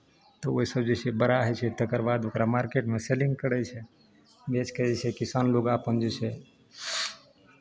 तऽ ओहिसँ जे छै से बड़ा होइ छै तकर बाद मार्केटमे सेलिंग करै छै बेचि कऽ जे छै किसान लोक अपन जे छै